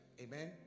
Amen